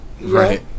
Right